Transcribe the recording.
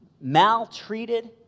maltreated